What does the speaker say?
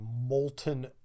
molten